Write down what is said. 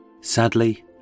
Sadly